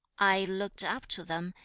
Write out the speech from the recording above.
i looked up to them,